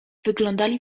wyglądali